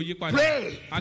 Pray